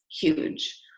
huge